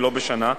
ולא בשנה,